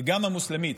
וגם המוסלמית,